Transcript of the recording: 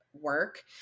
work